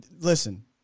listen